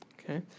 Okay